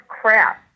crap